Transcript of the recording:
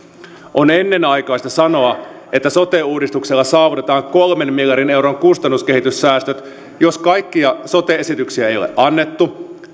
on ennenaikaista sanoa että sote uudistuksella saavutetaan kolmen miljardin euron kustannuskehityssäästöt jos kaikkia sote esityksiä ei ole annettu